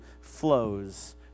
flows